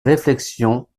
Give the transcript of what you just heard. réflexions